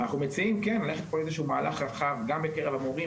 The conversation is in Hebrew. אנחנו מציעים ללכת פה למהלך רחב גם בקרב המורים